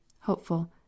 HOPEFUL